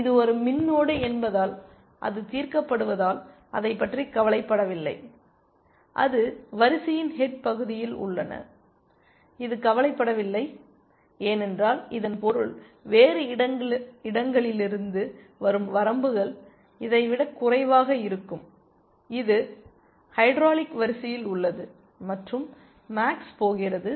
இது ஒரு மின் நோடு என்பதால் அது தீர்க்கப்படுவதால் அதைப் பற்றி கவலைப்படவில்லை அது வரிசையின் ஹெட் பகுதியில் உள்ளது இது கவலைப்பட வில்லை ஏனென்றால் இதன் பொருள் வேறு இடங்களிலிருந்து வரும் வரம்புகள் இதைவிடக் குறைவாக இருக்கும் இது ஹைட்ராலிக் வரிசையில் உள்ளது மற்றும் மேக்ஸ் போகிறது